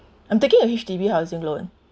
I'm taking a H_D_B housing loan